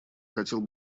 хотел